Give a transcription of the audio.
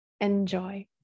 Enjoy